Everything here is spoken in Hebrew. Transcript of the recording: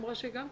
אני איתכם,